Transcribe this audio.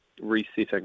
resetting